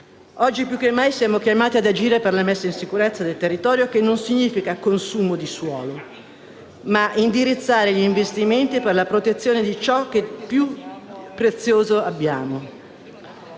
Oggi più che mai siamo chiamati ad agire per la messa in sicurezza del territorio, che significa non consumo di suolo, ma indirizzare gli investimenti per la protezione di ciò che di più prezioso abbiamo.